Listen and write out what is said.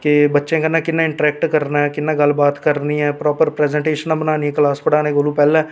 ते बच्चें कन्नैं कि'यां इंट्रैक्ट करना कि'यां गल्ल बात करनी ऐ प्रोपर प्रैज़नटेशन बनानी ऐ क्लास पढाने कोला पैह्लैं